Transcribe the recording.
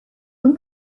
اون